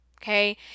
Okay